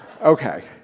Okay